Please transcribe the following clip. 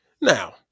Now